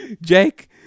Jake